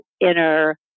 inner